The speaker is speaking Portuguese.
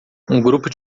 grupo